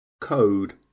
code